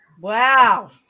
Wow